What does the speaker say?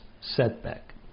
setback